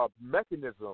mechanism